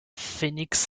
phoenix